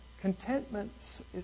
contentment